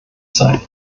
sein